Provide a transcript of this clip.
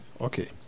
okay